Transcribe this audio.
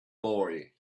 boy